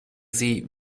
sie